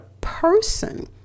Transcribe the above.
person